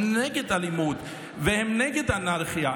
הם נגד אלימות והם נגד אנרכיה.